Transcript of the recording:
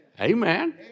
Amen